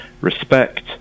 respect